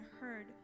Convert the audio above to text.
heard